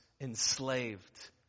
enslaved